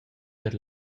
per